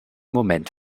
moment